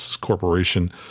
Corporation